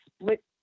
split